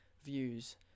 views